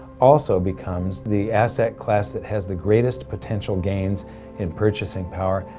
also becomes the asset class that has the greatest potential gains in purchasing power.